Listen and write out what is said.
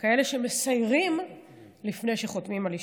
כאלה שמסיירים לפני שחותמים על אישורים.